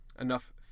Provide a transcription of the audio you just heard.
enough